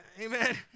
amen